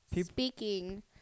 speaking